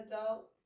adult